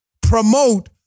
promote